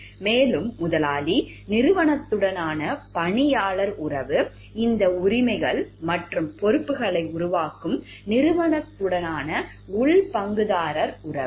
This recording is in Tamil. மேலும் முதலாளி நிறுவனத்துடனான பணியாளர் உறவு இந்த உரிமைகள் மற்றும் பொறுப்புகளை உருவாக்கும் நிறுவனத்துடனான உள் பங்குதாரர் உறவு